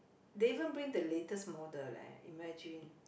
they even bring the latest model leh imagine